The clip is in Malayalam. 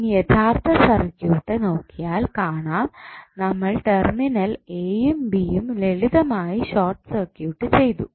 ഇനി യഥാർത്ഥ സർക്യൂട്ട് നോക്കിയാൽ കാണാം നമ്മൾ ടെർമിനൽ എയും ബിയും ലളിതമായി ഷോർട്ട് സർക്യൂട്ട് ചെയ്തു